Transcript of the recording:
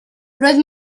roedd